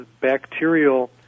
bacterial